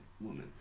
woman